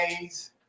days